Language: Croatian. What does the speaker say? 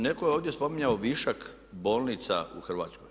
Netko je ovdje spominjao višak bolnica u Hrvatskoj.